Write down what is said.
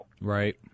right